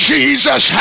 Jesus